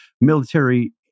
military